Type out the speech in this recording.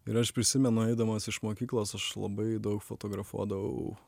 ir aš prisimenu eidamas iš mokyklos aš labai daug fotografuodavau